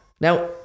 Now